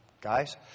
guys